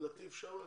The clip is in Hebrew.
נתיב שם?